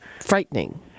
frightening